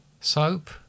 Soap